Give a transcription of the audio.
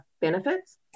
benefits